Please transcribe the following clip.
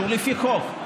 שהוא לפי חוק,